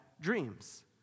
dreams